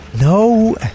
No